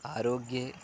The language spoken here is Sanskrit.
आरोग्ये